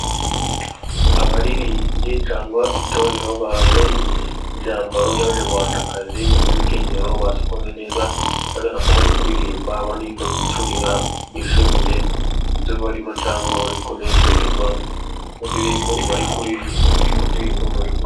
Abaririmbyi cyangwa itorero bambaye imyambaro y'Abanyarwandakazi nk'imikenyero, basokoje neza bigaragara ko bari kuririmba bari no gucurira bishimiye ibyo barimo cyangwa bari kunezererwa, mu ndirimbo bari kuririmba.